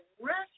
rest